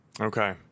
Okay